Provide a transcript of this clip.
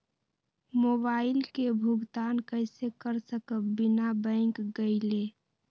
Mobile के भुगतान कईसे कर सकब बिना बैंक गईले?